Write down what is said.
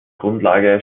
grundlage